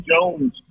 Jones